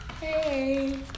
Hey